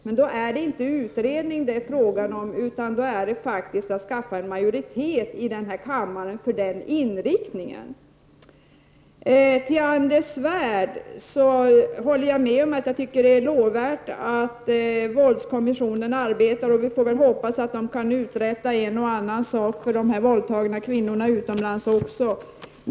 Men då är det inte en utredning det är fråga om, utan det är fråga om att försöka få majoritet i kammaren för den inriktningen. Till Anders Svärd vill jag säga att det är lovvärt att våldskommissionen arbetar. Vi får hoppas att den kan uträtta ett och annat också för de kvinnor som våldtas utomlands.